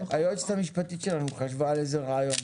היועצת המשפטית שלנו חשבה על איזה רעיון.